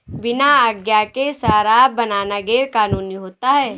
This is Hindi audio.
बिना आज्ञा के शराब बनाना गैर कानूनी होता है